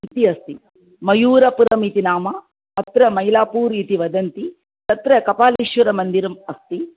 इति अस्ति मयूरपुरमिति नाम अत्र मैलापूर् इति वदन्ति तत्र कपालेश्वरमन्दिरम् अस्ति